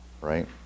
right